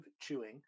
chewing